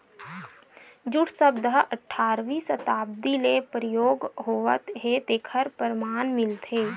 jute सब्द ह अठारवी सताब्दी ले परयोग होवत हे तेखर परमान मिलथे